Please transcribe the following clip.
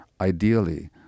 Ideally